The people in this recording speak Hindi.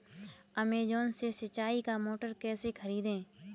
अमेजॉन से सिंचाई का मोटर कैसे खरीदें?